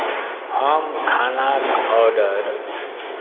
हम खानाक ऑर्डर